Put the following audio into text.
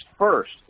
first